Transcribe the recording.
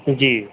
ਜੀ